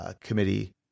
committee